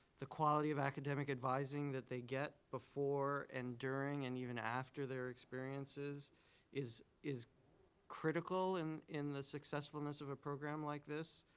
the quality of academic advising that they get before and during and even after their experiences is is critical in in the successfulness of a program like this.